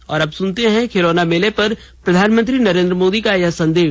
और अब सुनते हैं खिलौना मेला पर प्रधानमंत्री नरेन्द्र मोदी का यह संदेश